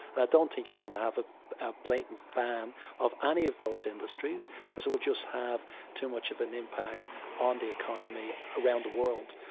i don't think you're going to have a blatant ban of any of those industries because it would just have too much of an impact on the economy around the world.